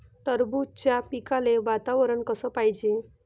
टरबूजाच्या पिकाले वातावरन कस पायजे?